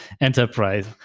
enterprise